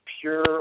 pure